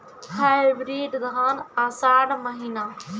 Hybrid धान आषाढ़ महीना?